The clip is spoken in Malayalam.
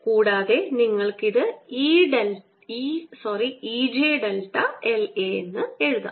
കൂടാതെ നിങ്ങൾക്ക് ഇത് E j delta L a എന്ന് എഴുതാം